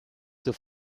zur